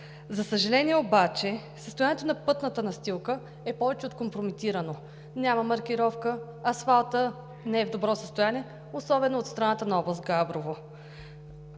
За съжаление, състоянието на пътната настилка е повече от компрометирано – няма маркировка, асфалтът не е в добро състояние, особено от страната на област Габрово.